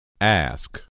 Ask